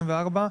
24,